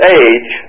age